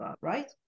right